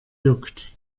juckt